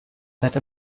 set